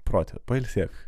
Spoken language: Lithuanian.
prote pailsėk